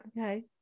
okay